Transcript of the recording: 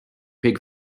pig